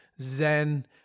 zen